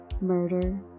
Murder